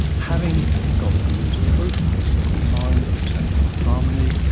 having got the rules of proof of a certain kind, which satisfy harmony,